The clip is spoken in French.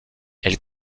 elle